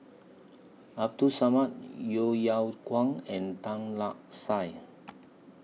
Abdul Samad Yeo Yeow Kwang and Tan Lark Sye